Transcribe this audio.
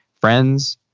friends,